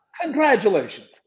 congratulations